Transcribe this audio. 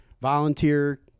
volunteer